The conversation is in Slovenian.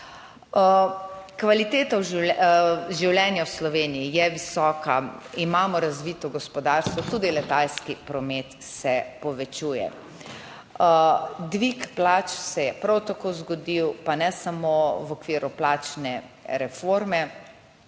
Kvaliteta življenja v Sloveniji je visoka, imamo razvito gospodarstvo, tudi letalski promet se povečuje. Dvig plač se je prav tako zgodil, pa ne samo v okviru plačne reforme,